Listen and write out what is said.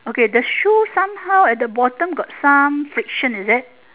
okay the shoe somehow at the bottom got some friction is it